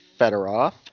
Fedorov